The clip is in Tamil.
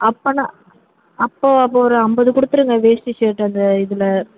அப்போன்னா அப்போ அப்போ ஒரு ஐம்பது கொடுத்துருங்க வேஷ்டி ஷர்ட் அந்த இதில்